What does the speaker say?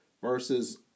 versus